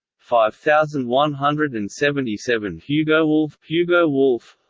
five thousand one hundred and seventy seven hugowolf hugowolf